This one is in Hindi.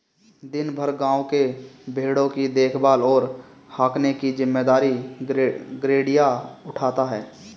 दिन भर गाँव के भेंड़ों की देखभाल और हाँकने की जिम्मेदारी गरेड़िया उठाता है